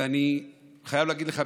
ואני חייב להגיד לך,